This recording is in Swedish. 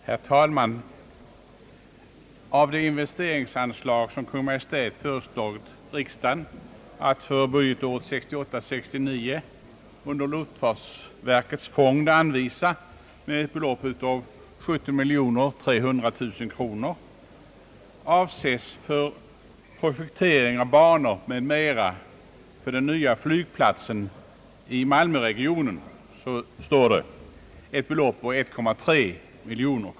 Herr talman! Av de investeringsanslag som Kungl. Maj:t föreslagit riksdagen att för budgetåret 1968/69 under luftfartsverkets fond anvisa med ett belopp av 17300000 kronor, avses för projektering av banor m.m. för den nya flygplatsen i malmöregionen ett belopp på 1,3 miljon kronor.